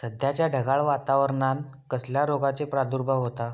सध्याच्या ढगाळ वातावरणान कसल्या रोगाचो प्रादुर्भाव होता?